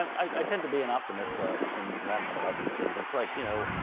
i tend to be an optimist um in the long run about these things. it's like, you know,